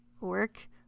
work